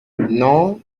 non